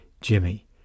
Jimmy